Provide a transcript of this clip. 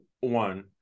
one